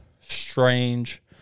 strange